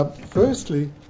firstly